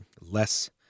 less